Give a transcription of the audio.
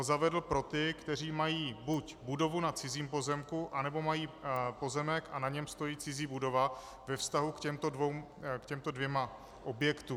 Zavedl ho pro ty, kteří mají buď budovu na cizím pozemku, anebo mají pozemek a na něm stojí cizí budova ve vztahu k těmto dvěma objektům.